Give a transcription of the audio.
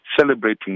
celebrating